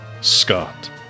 Scott